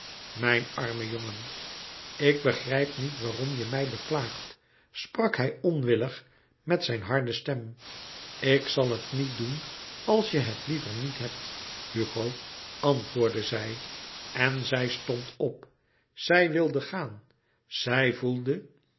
mijn arme jongen ik begrijp niet waarom je mij beklaagt sprak hij onwillig met zijn harde stem louis couperus metamorfoze ik zal het niet doen als je het liever niet hebt hugo antwoordde zij en zij stond op zij wilde gaan zij voelde